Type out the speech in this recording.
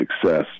success